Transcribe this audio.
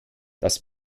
das